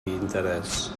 interès